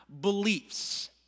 beliefs